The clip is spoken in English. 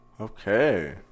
Okay